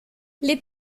les